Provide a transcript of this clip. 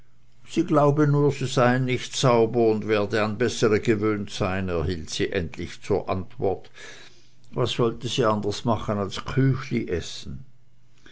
sie glaube nur sie seien nicht sauber und werde an bessere gewöhnt sein erhielt sie endlich zur antwort was sollte sie anders machen als küchli essen